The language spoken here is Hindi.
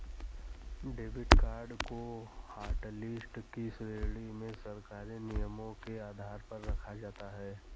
डेबिड कार्ड को हाटलिस्ट की श्रेणी में सरकारी नियमों के आधार पर रखा जाता है